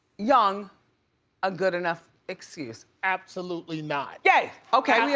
young a good enough excuse? absolutely not. yay! okay, we